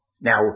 Now